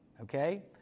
okay